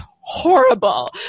horrible